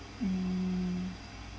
mm